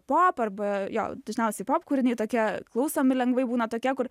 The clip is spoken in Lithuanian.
pop arba jo dažniausiai pop kūriniai tokie klausomi lengvai būna tokie kur